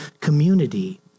community